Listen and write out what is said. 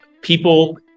people